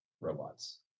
robots